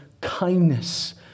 kindness